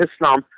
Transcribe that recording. Islam